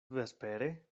vespere